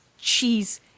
cheese